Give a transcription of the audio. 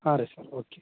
ಹಾಂ ರಿ sir okay